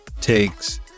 takes